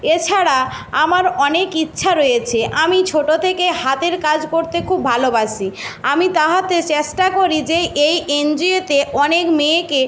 এছাড়া আমার অনেক ইচ্ছা রয়েছে আমি ছোটো থেকে হাতের কাজ করতে খুব ভালোবাসি আমি তাহাতে চেষ্টা করি যে এই এনজিওতে অনেক মেয়েকে